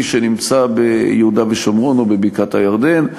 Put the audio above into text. שנמצא ביהודה ושומרון או בבקעת-הירדן,